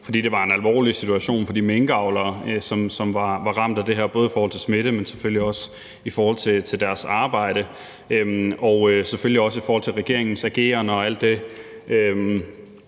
fordi det var en alvorlig situation for de minkavlere, som var ramt af det her i forhold til smitte, men selvfølgelig også i forhold til deres arbejde, og selvfølgelig også med hensyn til regeringens ageren og alt det,